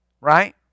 Right